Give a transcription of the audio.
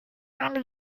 man